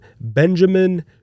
Benjamin